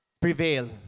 Prevail